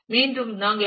மீண்டும் நாங்கள் ஐ